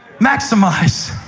maximize.